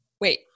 wait